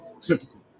typical